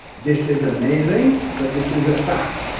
this is amazing, but this is a fact!